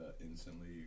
instantly